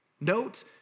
Note